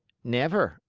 never!